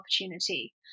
opportunity